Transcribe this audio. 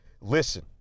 Listen